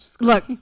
look